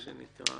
אני מתכבד